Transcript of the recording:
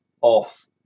off